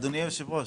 אורנה ברביבאי.